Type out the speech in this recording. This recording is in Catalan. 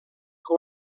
que